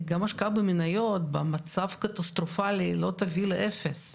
גם בהשקעה במניות במצב קטסטרופלי לא תביא לאפס.